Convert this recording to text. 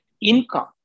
income